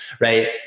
Right